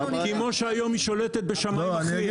כמו שהיום היא שולטת בשמאים --- אם